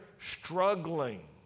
struggling